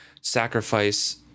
sacrifice